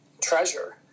treasure